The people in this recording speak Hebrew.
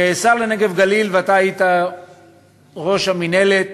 כשר לפיתוח הנגב והגליל, ואתה היית ראש המינהלת